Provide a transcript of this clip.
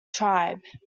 tribe